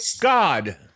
God